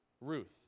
Ruth